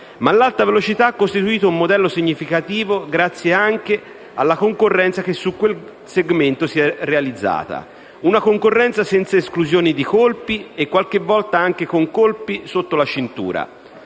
L'Alta Velocità ha costituito un modello significativo grazie anche alla concorrenza che su quel segmento si è realizzata. Una concorrenza senza esclusione di colpi e qualche volta con colpi anche sotto la cintura.